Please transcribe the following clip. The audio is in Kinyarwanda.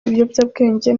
ibiyobyabwenge